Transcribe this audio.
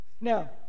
Now